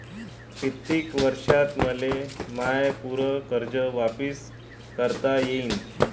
कितीक वर्षात मले माय पूर कर्ज वापिस करता येईन?